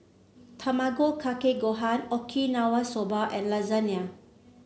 Tamago Kake Gohan Okinawa Soba and Lasagna